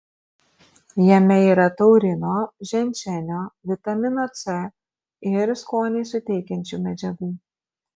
jame yra taurino ženšenio vitamino c ir skonį suteikiančių medžiagų